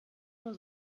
mal